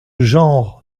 genre